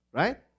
right